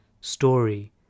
story